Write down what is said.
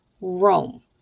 Rome